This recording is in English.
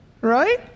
Right